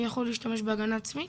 אני יכול להשתמש בהגנה עצמית